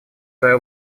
свое